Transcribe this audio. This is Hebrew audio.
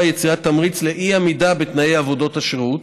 יצירת תמריץ לאי-עמידה בתנאי עבודות השירות,